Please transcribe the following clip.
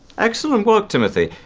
excellent work timothy,